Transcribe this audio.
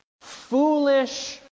foolish